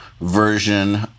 version